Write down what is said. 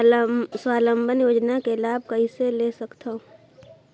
स्वावलंबन योजना के लाभ कइसे ले सकथव?